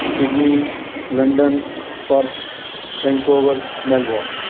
Sydney London Perth Vancouver Melbourne